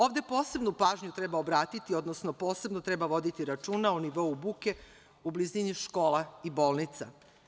Ovde posebnu pažnju treba obratiti, odnosno posebno treba voditi računa o nivou buke u blizini škola i bolnica.